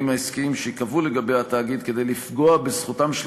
העסקיים שייקבעו לגבי התאגיד כדי לפגוע בזכותם של